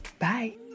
Bye